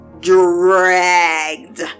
Dragged